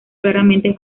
claramente